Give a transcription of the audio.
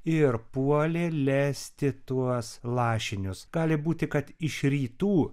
ir puolė lesti tuos lašinius gali būti kad iš rytų